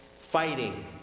fighting